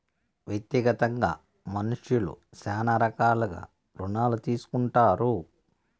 వ్యక్తిగతంగా మనుష్యులు శ్యానా రకాలుగా రుణాలు తీసుకుంటారు